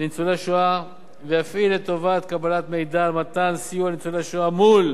לניצולי השואה ויפעל לטובת קבלת מידע על מתן סיוע לניצולי השואה מול